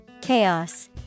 Chaos